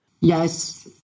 Yes